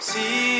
See